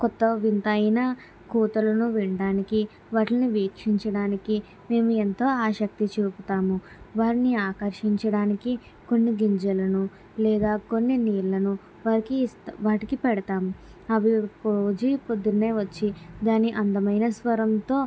కొత్త వింతైన కూతలను వినడానికి వాటిని వీక్షించడానికి మేము ఎంతో ఆశక్తి చూపుతాము వారిని ఆకర్షించడానికి కొన్నిగింజలను లేదా కొన్నినీళ్ళను వారికి ఇస్తా వాటికి పెడతాము అవి రోజు పొద్దున్నే వచ్చి దాని అందమైన స్వరంతో